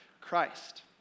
Christ